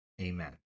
amen